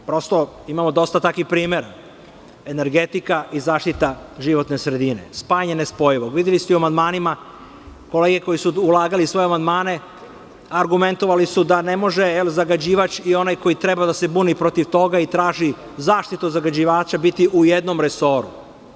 Prosto, imamo dosta takvih primera, energetika i zaštita životne sredine, spajanje nespojivog i videli ste u amandmanima, kolege koje su ulagale svoje amandmane, argumentovali su da ne može zagađivač i onaj koji treba da se buni protiv toga i traži zaštitu od zagađivača biti u jednom resoru.